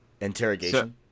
interrogation